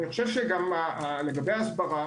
לגבי הסברה